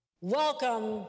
Welcome